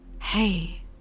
Hey